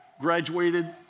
graduated